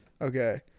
Okay